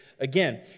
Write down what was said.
Again